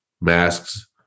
masks